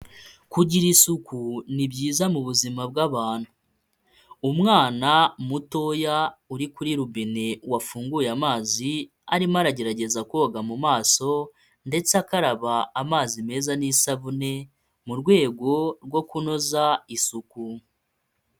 Kugira isuku ni byiza mu buzima bw'abantu, umwana mutoya uri kuri robine wafunguye amazi arimo aragerageza koga mu maso ndetse akaraba amazi meza n'isabune mu rwego rwo kunoza isuku.